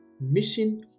Mission